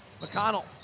McConnell